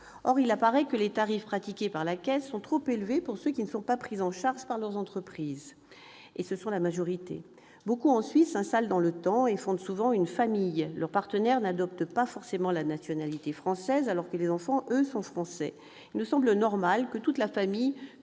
Or il apparaît que les tarifs pratiqués par la Caisse sont trop élevés pour ceux qui ne sont pas pris en charge par leurs entreprises, la majorité d'entre eux. Beaucoup, ensuite, s'installent dans le temps et fondent souvent une famille : leur partenaire n'adopte pas forcément la nationalité française, alors que les enfants, eux, sont français. Il nous semble donc normal que toute la famille